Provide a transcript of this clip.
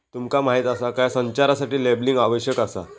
तुमका माहीत आसा काय?, संचारासाठी लेबलिंग आवश्यक आसा